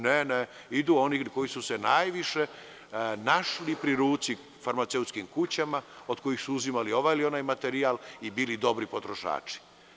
Ne, ne, idu oni koji su se najviše našli pri ruci farmaceutskim kućama od kojih su uzimali ovaj ili onaj materijal i bili dobri potrošači.